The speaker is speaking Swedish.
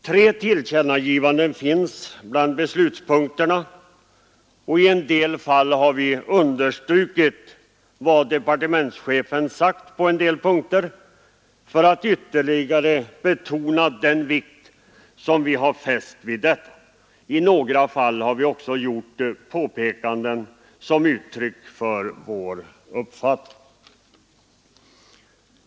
Tre tillkännagivanden har gjorts bland beslutspunkterna, och i en del fall har vi understrukit vad departementschefen anfört, detta för att ytterligare betona den vikt vi fäst vid detta. I några fall har vi också gjort egna påpekanden för att uttrycka vår uppfattning.